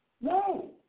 No